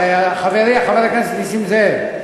חברי חבר הכנסת נסים זאב,